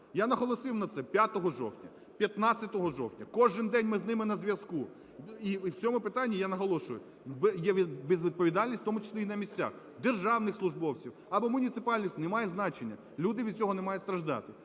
Я наголосив на цьому 5 жовтня, 15 жовтня, кожен день ми з ними на зв'язку. І в цьому питанні, я наголошую, є безвідповідальність, в тому числі і на місцях, державних службовців або муніципальних служб – немає значення. Люди від цього не мають страждати.